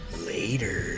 Later